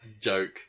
joke